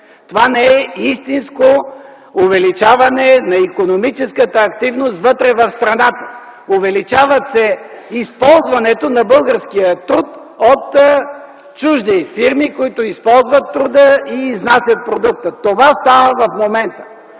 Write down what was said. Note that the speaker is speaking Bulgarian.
Това не е истинско увеличаване на икономическата активност вътре в страната. Увеличава се използването на българския труд от чужди фирми, които използват труда и изнасят продукта. Това става в момента,